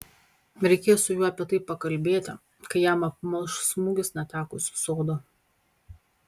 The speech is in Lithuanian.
reikės su juo apie tai pakalbėti kai jam apmalš smūgis netekus sodo